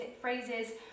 phrases